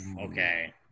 Okay